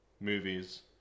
movies